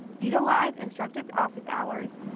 utilize instructors' office hours.